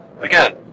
again